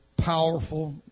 powerful